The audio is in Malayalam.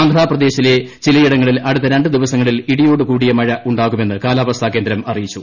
ആന്ധ്രാപ്രദേശില്പിലയിടങ്ങളിൽ അടുത്ത രണ്ട് ദിവസങ്ങളിൽ ഇടിയോട് ക്രൂടിയ മഴ ഉണ്ടാകുമെന്ന് കാലാവസ്ഥ കേന്ദ്രം അറിയിച്ചു